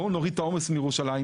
בואו נוריד את העומס מירושלים,